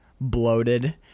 bloated